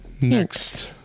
Next